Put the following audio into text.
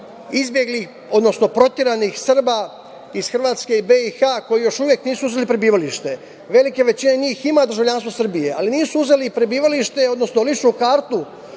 izbeglih odnosno proteranih Srba iz Hrvatske i BiH koji još uvek nisu uzeli prebivalište? Velika većina njih ima državljanstvo Srbije ali nisu uzeli prebivalište, odnosno ličnu kartu